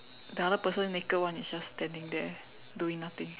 the other person naked one is just standing there doing nothing